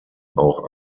auch